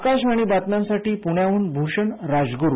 आकाशवाणी बातम्यांसाठी पृण्याहन भूषण राजगुरु